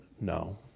no